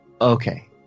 Okay